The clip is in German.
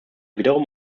wiederum